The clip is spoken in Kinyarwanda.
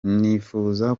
nifuza